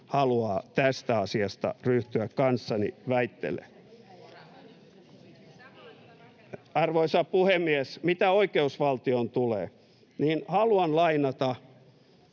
haluaa tästä asiasta ryhtyä kanssani väittelemään. Arvoisa puhemies! Mitä oikeusvaltioon tulee, niin haluan lainata